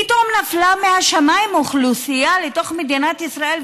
פתאום נפלה מהשמיים אוכלוסייה לתוך מדינת ישראל,